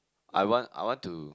I want I want to